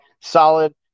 solid